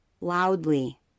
loudly